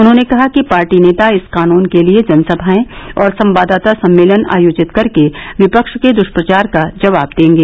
उन्होंने कहा कि पार्टी नेता इस कानून के लिए जनसभाएं और संवाददाता सम्मेलन आयोजित करके विपक्ष के दुष्प्रचार का जवाब देंगे